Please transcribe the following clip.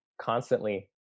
constantly